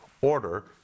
Order